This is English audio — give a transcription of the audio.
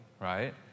right